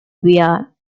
via